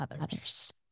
others